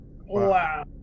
wow